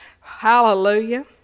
hallelujah